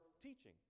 teaching